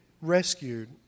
rescued